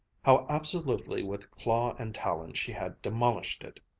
how absolutely with claw and talon she had demolished it.